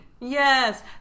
Yes